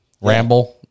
Ramble